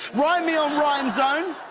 rhyme me on rhymezone.